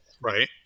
Right